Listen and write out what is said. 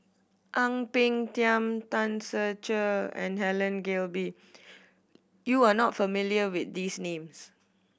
Ang Peng Tiam Tan Ser Cher and Helen Gilbey you are not familiar with these names